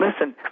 listen